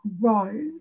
grow